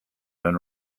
been